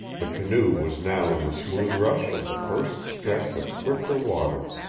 the canoe was now in the smooth rush of the first stretch of swifter water.